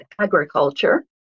agriculture